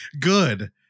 Good